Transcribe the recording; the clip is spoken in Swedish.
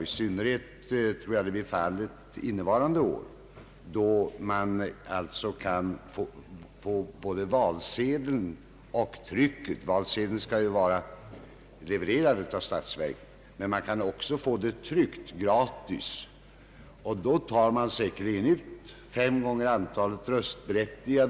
I synnerhet tror jag att detta är fallet under nästkommande år, då statsverket levererar trycket gratis. Då tar man säkerligen ut valsedlar för fem gånger antalet röstberättigade.